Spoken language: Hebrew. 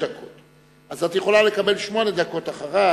אז את יכולה לקבל שמונה דקות אחריו,